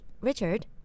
Richard